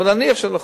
אבל נניח שזה נכון,